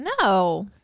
No